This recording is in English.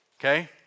Okay